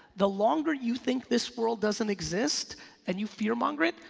the longer you think this world doesn't exist and you fear monger it,